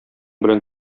белән